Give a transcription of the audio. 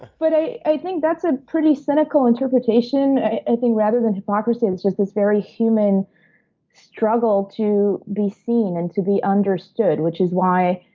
but i i think that's a pretty cynical interpretation. i think, rather than hypocrisy, it's just this very human struggle to be seen and to be understood which is why